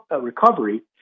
recovery